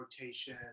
rotation